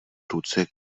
ruce